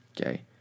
okay